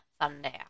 thunder